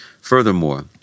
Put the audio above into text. Furthermore